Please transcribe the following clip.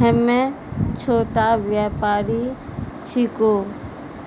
हम्मे छोटा व्यपारी छिकौं,